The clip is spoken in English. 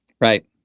Right